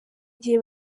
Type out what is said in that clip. gihe